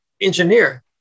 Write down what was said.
engineer